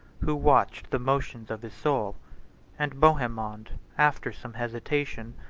who watched the motions of his soul and bohemond, after some hesitation,